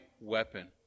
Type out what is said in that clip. weapon